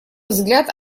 взгляд